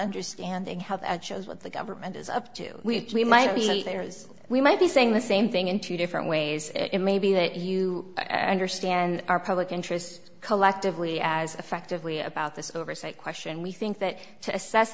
understanding how that shows what the government is up to we might be there is we might be saying the same thing in two different ways it may be that you i understand our public interest collectively as effectively about this oversight question we think that to assess